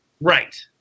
Right